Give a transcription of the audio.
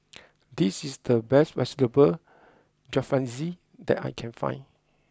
this is the best Vegetable Jalfrezi that I can find